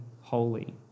holy